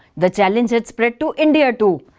the challenge had spread to india too,